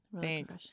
Thanks